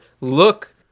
look